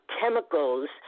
chemicals